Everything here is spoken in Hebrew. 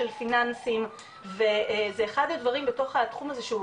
של פיננסים וזה אחד הדברים בתוך התחום הזה שהוא